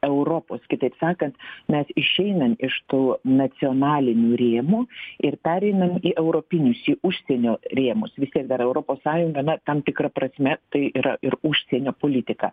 europos kitaip sakant mes išeinam iš tų nacionalinių rėmų ir pereinam į europinius užsienio rėmus vis tiek dar europos sąjunga tam tikra prasme tai yra ir užsienio politika